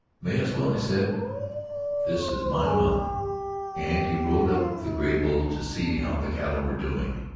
may as well, he said this is my month and he rode up the graybull to see how the cattle were doing.